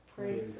pray